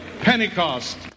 Pentecost